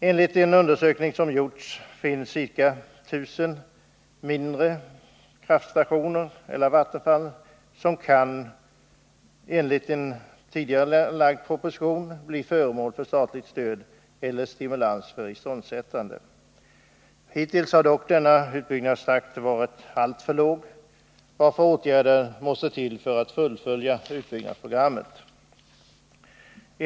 Enligt en gjord undersökning finns det ca 1 000 mindre kraftstationer eller vattenfall som, enligt en tidigare framlagd proposition, kan bli föremål för statligt stöd eller stimulans för iståndsättande. Hittills har dock denna utbyggnadstakt varit alltför låg, varför åtgärder för att fullfölja utbyggnadsprogrammet måste till.